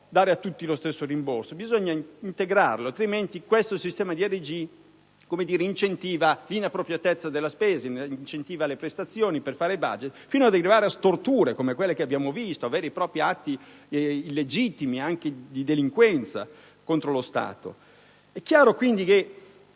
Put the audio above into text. dare a tutti lo stesso rimborso, bisogna integrarlo: altrimenti il sistema DRG incentiva l'inappropriatezza della spesa, le prestazioni per fare *budget*, fino ad arrivare a storture come quelle che abbiamo visto, a veri e propri atti illegittimi, anche di delinquenza, contro lo Stato. È chiaro che